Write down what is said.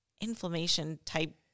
inflammation-type